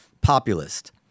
populist